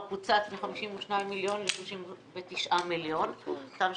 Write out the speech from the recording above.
קוצץ מ-52 מיליון שקלים ל-39 מיליון שקלים,